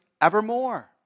evermore